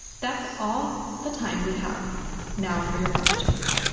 that's all the time we have now for your questions.